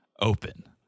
open